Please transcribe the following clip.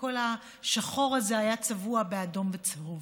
וכל השחור הזה היה צבוע באדום וצהוב.